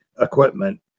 equipment